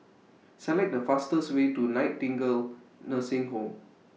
Select The fastest Way to Nightingale Nursing Home